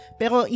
pero